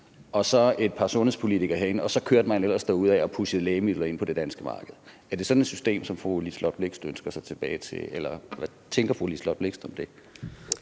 og så et par sundhedspolitikere herindefra, og så kørte man ellers derudad og pushede lægemidler ind på det danske marked. Er det sådan et system, som fru Liselott Blixt ønsker sig tilbage til? Eller hvad tænker fru Liselott Blixt om det?